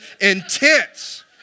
intense